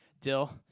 Dill